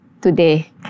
today